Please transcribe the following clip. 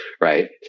right